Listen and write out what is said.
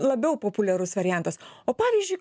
labiau populiarus variantas o pavyzdžiui